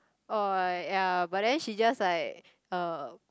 uh ya but then she just like uh